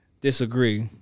disagree